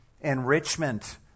enrichment